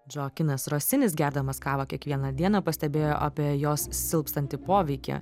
džoakinas rosinis gerdamas kavą kiekvieną dieną pastebėjo apie jos silpstantį poveikį